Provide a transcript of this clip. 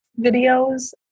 videos